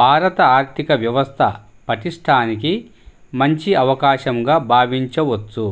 భారత ఆర్థిక వ్యవస్థ పటిష్టానికి మంచి అవకాశంగా భావించవచ్చు